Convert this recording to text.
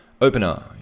Opener